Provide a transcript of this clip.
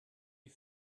die